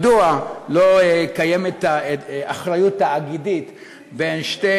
מדוע לא קיימת אחריות תאגידית בין שתי